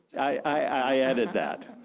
i added that.